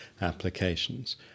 applications